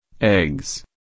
Eggs